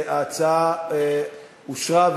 ההצעה אושרה,